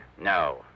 No